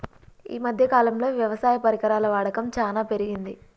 ఈ మధ్య కాలం లో వ్యవసాయ పరికరాల వాడకం చానా పెరిగింది